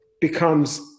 becomes